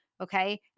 Okay